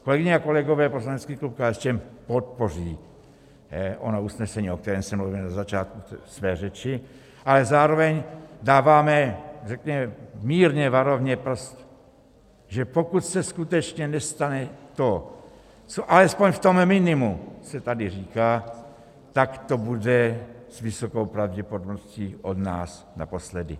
Kolegyně a kolegové, poslanecký klub KSČM podpoří ono usnesení, o kterém jsem mluvil na začátku své řeči, ale zároveň dáváme mírně varovně prst, že pokud se skutečně nestane to, co alespoň v tom minimu se tady říká, tak to bude s vysokou pravděpodobností od nás naposledy.